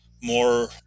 more